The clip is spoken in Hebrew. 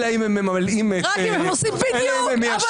אלא אם הם ממלאים --- רק אם הם עושים בדיוק ורק